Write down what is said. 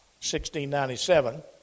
1697